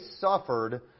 suffered